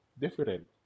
different